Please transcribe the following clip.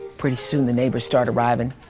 pretty soon the neighbors start arriving.